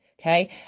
Okay